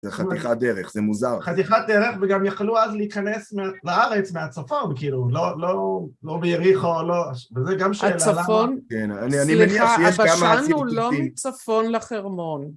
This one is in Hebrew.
זה חתיכת דרך, זה מוזר. חתיכת דרך וגם יכלו אז להיכנס לארץ, מהצפון, כאילו, לא ביריחו, וזה גם שאלה למה. סליחה, הבשן הוא לא צפון לחרמון.